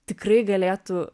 tikrai galėtų